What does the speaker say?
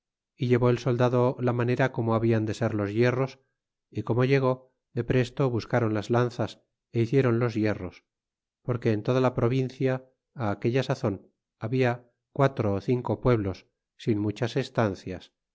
y llevó el soldado la manera como habian de ser los hierros y como llegó de presto busc ron las lanzas é hicieron los hierros porque en toda la provincia aquella sazon habia quatro ó cinco pueblos sin muchas estancias